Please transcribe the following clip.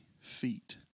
feet